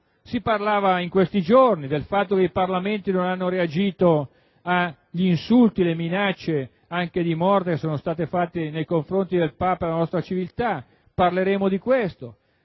Si parla in questi giorni del fatto che il Parlamento non ha reagito agli insulti e alle minacce anche di morte che sono state fatte nei confronti del Papa e della nostra civiltà, ci soffermeremo